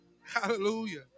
Hallelujah